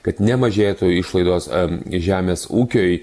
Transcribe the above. kad nemažėtų išlaidos ar žemės ūkiui